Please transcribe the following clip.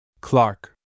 Clark